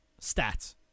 stats